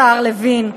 השר לוין,